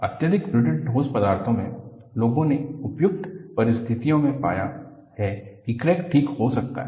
अत्यधिक ब्रिटल ठोस पदार्थों में लोगों ने उपयुक्त परिस्थितियों में पाया है कि क्रैक ठीक हो सकता है